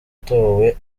atowe